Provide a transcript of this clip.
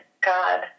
God